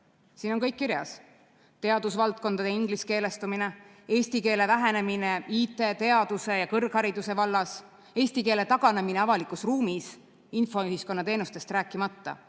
Siin on kõik kirjas: teadusvaldkondade ingliskeelestumine, eesti keele vähenemine IT, teaduse ja kõrghariduse vallas, eesti keele taganemine avalikus ruumis, infoühiskonna teenustest rääkimata,